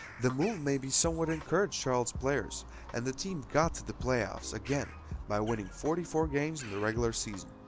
the move maybe somewhat encouraged charlottes players and the team got to the playoffs again by winning forty four games in the regular season.